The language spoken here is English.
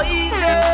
easy